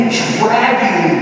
dragging